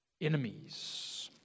enemies